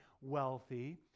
wealthy